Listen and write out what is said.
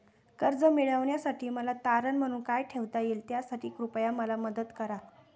कर्ज मिळविण्यासाठी मला तारण म्हणून काय ठेवता येईल त्यासाठी कृपया मला मदत करा